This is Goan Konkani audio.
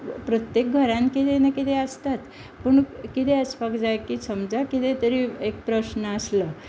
प्रत्येक घरांत कितें ना कितें आसताच पूण कितें आसपाक जाय की समजा कितें एक प्रश्न आसलो